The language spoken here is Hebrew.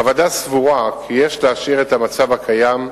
הוועדה סבורה כי יש להשאיר את המצב הקיים,